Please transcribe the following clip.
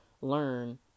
learn